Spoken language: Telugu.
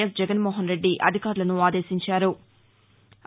ఎస్ జగన్మోహన్ రెడ్డి అధికారులను ఆదేశించారు